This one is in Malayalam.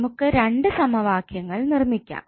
നമുക്ക് 2 സമവാക്യങ്ങൾ നിർമിക്കണം